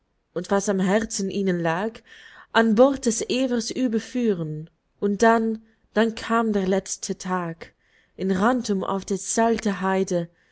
und was am herzen ihnen lag an bord des evers überführen und dann dann kam der letzte tag in rantum auf der sylter heide